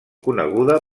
coneguda